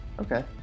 okay